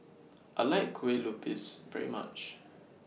I like Kue Lupis very much